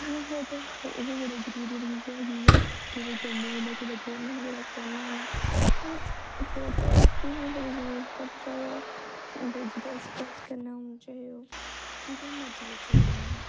हां फोटो ओह् बी बड़े जरूरी न कुदै जन्ने होन्ने कुदै बौह्न्ने होन्ने कुदै खड़ोने होन्ने सब फोटोज दी बी बड़ी जरूरत ऐ चलो ओह् जियां मर्जी खिच्चे दे होन असें